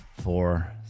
four